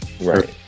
right